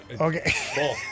Okay